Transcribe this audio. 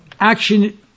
action